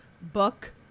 book